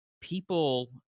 people